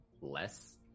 less